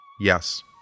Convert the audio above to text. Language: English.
Yes